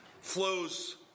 flows